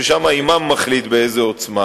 ושם האימאם מחליט באיזו עוצמה.